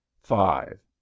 five